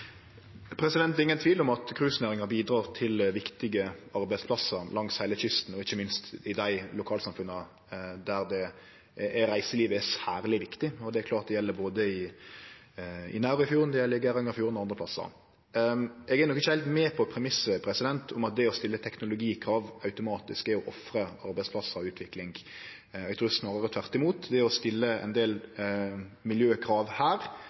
Det er ingen tvil om at cruisenæringa bidreg til viktige arbeidsplassar langs hele kysten, og ikke minst i dei lokalsamfunna der reiselivet er særleg viktig. Det gjeld både Nærøyfjorden, Geirangerfjorden og andre plassar. Eg er nok ikkje heilt med på premisset om at det å stille teknologikrav automatisk er å ofre arbeidsplassar og utvikling. Eg trur snarare tvert imot. Det å stille ein del miljøkrav her